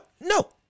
No